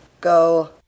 Go